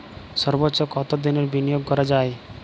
সর্বোচ্চ কতোদিনের বিনিয়োগ করা যায়?